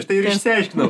štai ir išsiaiškinau